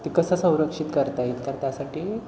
ते कसं संरक्षित करता येईल तर त्यासाठी